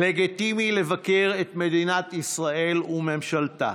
לגיטימי לבקר את מדינת ישראל וממשלתה,